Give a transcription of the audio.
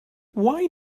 why